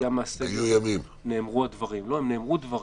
ביציאה מהסגר, נאמרו דברים.